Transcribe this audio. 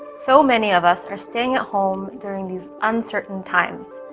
so many of us are staying at home during these uncertain times.